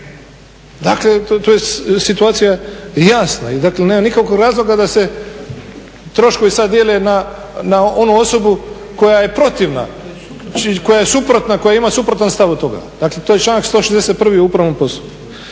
Dakle, tu je situacija jasna i nema nikakvog razloga da se troškovi sad dijele na onu osobu koja je protivna, koja je suprotna, koja ima suprotan stav od toga. Dakle, to je članak 161. Zakona o